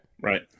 Right